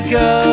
go